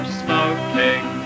smoking